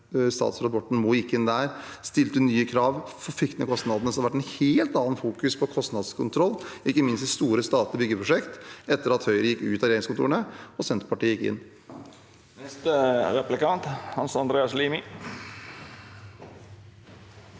statsråd Borten Moe gikk inn der og stilte nye krav, og med flykt ningkostnadene. Det har vært et helt annet fokus på kostnadskontroll, ikke minst i store statlige byggeprosjekter, etter at Høyre gikk ut av regjeringskontorene og Senterpartiet gikk inn. Hans Andreas Limi